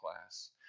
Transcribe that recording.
class